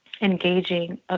engaging